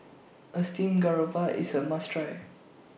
A Steamed Garoupa IS A must Try